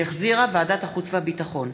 שהחזירה ועדת החוץ והביטחון,